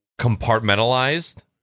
compartmentalized